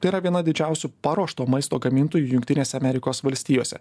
tai yra viena didžiausių paruošto maisto gamintojų jungtinėse amerikos valstijose